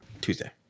Tuesday